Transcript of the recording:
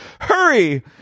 Hurry